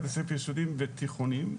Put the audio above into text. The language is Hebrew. בתי ספר יסודיים ותיכונים.